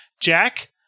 Jack